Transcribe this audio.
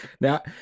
Now